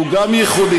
הוא גם ייחודי.